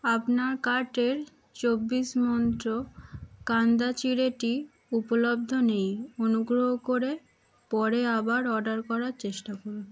আপনার কার্টের চব্বিশ মন্ত্র কান্দা চিঁড়েটি উপলব্ধ নেই অনুগ্রহ করে পরে আবার অর্ডার করার চেষ্টা করুন